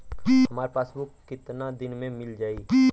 हमार पासबुक कितना दिन में मील जाई?